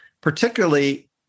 particularly